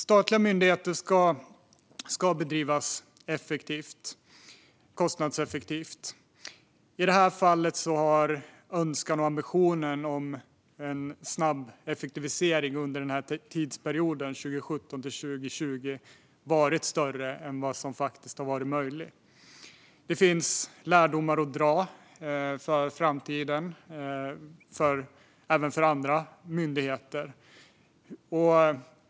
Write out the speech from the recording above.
Statliga myndigheter ska drivas effektivt och kostnadseffektivt. I det här fallet har önskan och ambitionen om en snabb effektivisering under tidsperioden 2017-2020 varit större än vad som faktiskt har varit möjligt. Där finns lärdomar att dra för framtiden, även för andra myndigheter.